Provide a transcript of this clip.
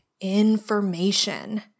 information